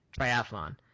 triathlon